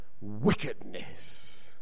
wickedness